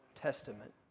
Testament